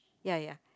ya ya